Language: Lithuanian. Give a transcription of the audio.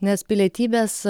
nes pilietybės